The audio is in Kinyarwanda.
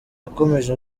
yakomeje